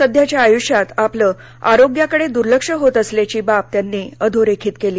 सध्याच्या आयूष्यात आपलं आरोग्याकडे दुर्लक्ष होत असल्याची बाब त्यांनी अधोरेखित केली